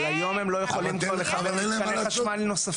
אבל היום הם לא יכולים כבר לכוון למתקני חשמל נוספים.